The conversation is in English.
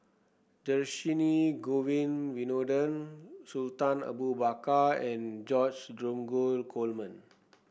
Dhershini Govin Winodan Sultan Abu Bakar and George Dromgold Coleman